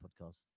podcast